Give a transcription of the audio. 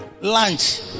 Lunch